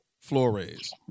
Flores